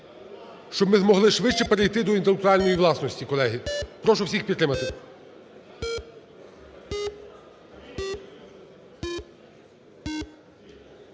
Щоб ми змогли швидше перейти до інтелектуальної власності, колеги. Прошу всіх підтримати.